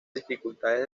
dificultades